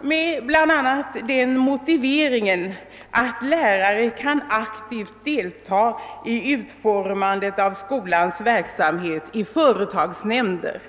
med bl.a. den motiveringen att lärare kan aktivt deltaga i utformandet av skolans verksamhet i företagsnämnder.